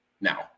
now